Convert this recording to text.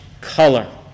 color